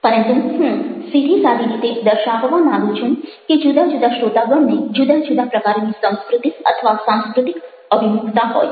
પરંતુ હું સીધી સાદી રીતે દર્શાવવા માગું છું કે જુદા જુદા શ્રોતાગણને જુદા જુદા પ્રકારની સંસ્કૃતિ અથવા સાંસ્કૃતિક અભિમુખતા હોય છે